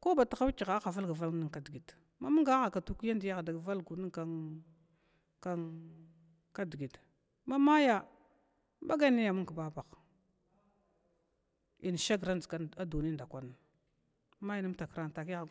koba tuwakyahy aba kyandi ahada valgu nn kn kn kdgit mamuga agutnn kyadi ada valgnn kdgit, mamaya inbagai nai amun gk kbabah in shagr dʒgan duni ndakwan takran.